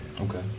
Okay